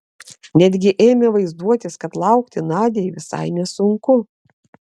netgi ėmė vaizduotis kad laukti nadiai visai nesunku